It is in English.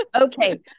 okay